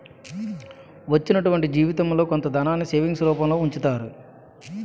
వచ్చినటువంటి జీవితంలో కొంత ధనాన్ని సేవింగ్స్ రూపంలో ఉంచుతారు